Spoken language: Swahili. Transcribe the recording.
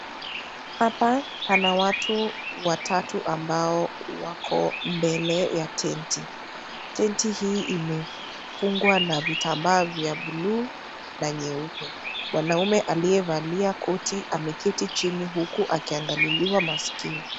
Hapa pana watu watatu ambao wako mbele ya tenti, tenti hii imefungwa na vitambaa vya bulu na nyeupe, mwanaume aliyevalia koti ameketi chini huku akiangaliliwa maskio.